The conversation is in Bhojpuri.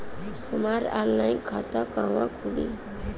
हमार ऑनलाइन खाता कहवा खुली?